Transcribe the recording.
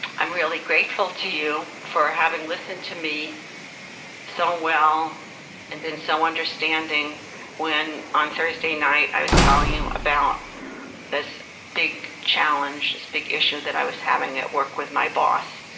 i'm really grateful to you for having listened to me so well and being so understanding when on thursday night, i was telling you about this big challenge, this big issue that i was having at work with my boss.